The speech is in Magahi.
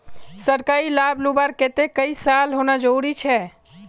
सरकारी लाभ लुबार केते कई साल होना जरूरी छे?